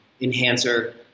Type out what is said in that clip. enhancer